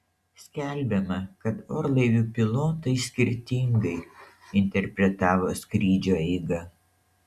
skelbiama kad orlaivių pilotai skirtingai interpretavo skrydžio eigą